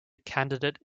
candidate